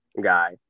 guy